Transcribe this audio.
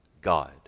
God